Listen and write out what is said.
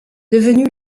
devenu